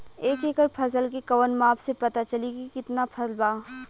एक एकड़ फसल के कवन माप से पता चली की कितना फल बा?